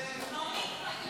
62